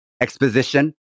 exposition